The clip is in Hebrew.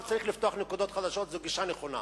עכשיו צריך לפתוח נקודות חדשות, זו גישה נכונה.